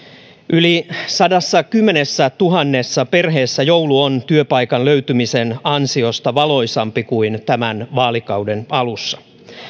yli sadassakymmenessätuhannessa perheessä joulu on työpaikan löytymisen ansiosta valoisampi kuin tämän vaalikauden alussa